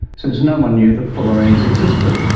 since no one knew that fullerenes existed.